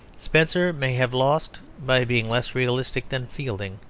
spenser may have lost by being less realistic than fielding.